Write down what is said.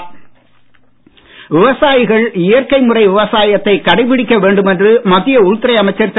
அமித்ஷா விவசாயிகள் இயற்கை முறை விவசாயத்தை கடைபிடிக்க வேண்டும் என்று மத்திய உள்துறை அமைச்சர் திரு